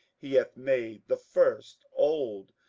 he hath made the first old.